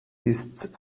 ist